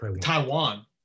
Taiwan